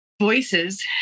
voices